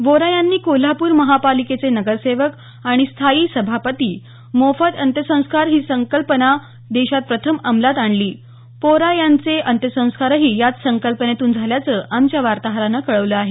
वोरा यांनी कोल्हापूर महापालिकेचे नगरसेवक आणि स्थायी समिती सभापती असताना मोफत अंत्यसंस्कार ही संकल्पना देशात प्रथम अंमलात आणली वोरा यांचे अंत्यसंस्कारही याच संकल्पनेतून झाल्याचं आमच्या वार्ताहरानं कळवलं आहे